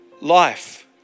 Life